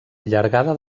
llargada